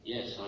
Yes